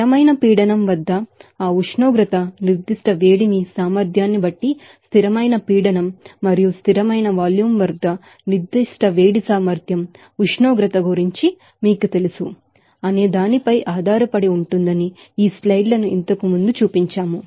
స్థిరమైన పీడనం వద్ద ఆ ఉష్ణోగ్రత స్పెసిఫిక్ హీట్ కెపాసిటీన్ని బట్టి కాన్స్టాంట్ ప్రెషర్ మరియు స్థిరమైన వాల్యూమ్ వద్ద స్పెసిఫిక్ హీట్ కెపాసిటీ ఉష్ణోగ్రత గురించి మీకు తెలుసు అనే దానిపై ఆధారపడి ఉంటుందని ఈ స్లైడ్ లు ఇంతకు ముందు చూపించాయి